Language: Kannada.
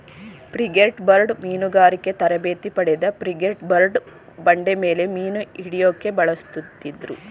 ಫ್ರಿಗೇಟ್ಬರ್ಡ್ಸ್ ಮೀನುಗಾರಿಕೆ ತರಬೇತಿ ಪಡೆದ ಫ್ರಿಗೇಟ್ಬರ್ಡ್ನ ಬಂಡೆಮೇಲೆ ಮೀನುಹಿಡ್ಯೋಕೆ ಬಳಸುತ್ತಿದ್ರು